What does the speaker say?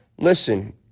Listen